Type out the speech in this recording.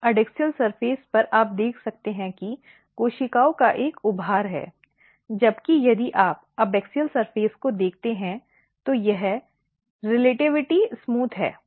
adaxial सतह पर आप देख सकते हैं कि कोशिकाओं का एक उभार है जबकि यदि आप एबैक्सियल सतह को देखते हैं तो यह सापेक्षता चिकनी है